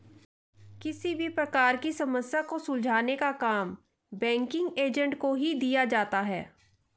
किसी भी प्रकार की समस्या को सुलझाने का काम बैंकिंग एजेंट को ही दिया जाता है